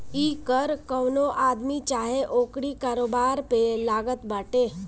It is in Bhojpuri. इ कर कवनो आदमी चाहे ओकरी कारोबार पे लागत बाटे